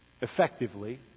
effectively